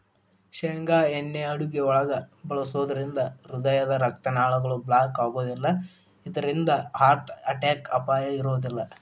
ಶೇಂಗಾ ಎಣ್ಣೆ ಅಡುಗಿಯೊಳಗ ಬಳಸೋದ್ರಿಂದ ಹೃದಯದ ರಕ್ತನಾಳಗಳು ಬ್ಲಾಕ್ ಆಗೋದಿಲ್ಲ ಇದ್ರಿಂದ ಹಾರ್ಟ್ ಅಟ್ಯಾಕ್ ಅಪಾಯ ಇರೋದಿಲ್ಲ